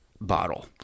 bottle